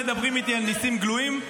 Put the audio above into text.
אם מדברים איתי על ניסים גלויים,